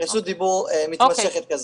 רשות דיבור מתמשכת כזו.